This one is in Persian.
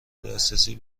دسترسی